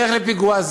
בדרך לפיגוע.